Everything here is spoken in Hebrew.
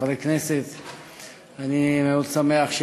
נשפך לים.